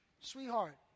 sweetheart